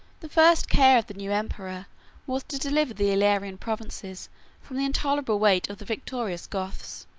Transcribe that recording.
the first care of the new emperor was to deliver the illyrian provinces from the intolerable weight of the victorious goths.